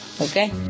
okay